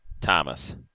Thomas